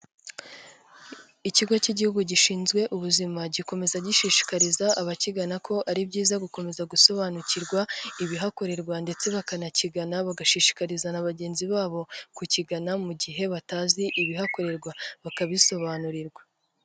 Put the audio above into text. Ikigo cy'igihugu gishinzwe ubuzima, gikomeza gishishikariza abakigana ko ari byiza gukomeza gusobanukirwa ibihakorerwa ndetse bakanakigana bagashishikariza na bagenzi babo kukigana mu gihe batazi ibihakorerwa bakabisobanurirwa.